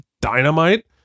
dynamite